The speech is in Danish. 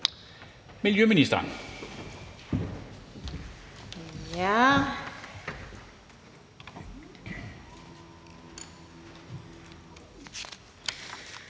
miljøministeren. Kl.